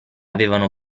avevano